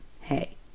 hey